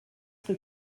rue